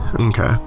Okay